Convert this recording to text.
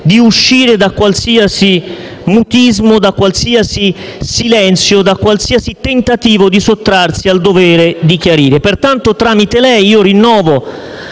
di uscire da qualsiasi mutismo, da qualsiasi silenzio e da qualsiasi tentativo di sottrarsi al dovere di chiarire. Pertanto, tramite lei, signor